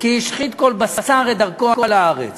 "כי השחית כל בשר את דרכו על הארץ".